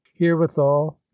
Herewithal